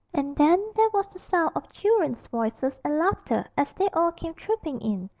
and then there was the sound of children's voices and laughter as they all came trooping in,